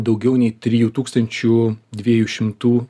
daugiau nei trijų tūkstančių dviejų šimtų